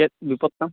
ᱪᱮᱫ ᱵᱤᱯᱚᱫ ᱛᱟᱢ